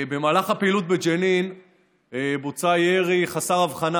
במהלך הפעילות בג'נין בוצע ירי חסר הבחנה